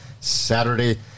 Saturday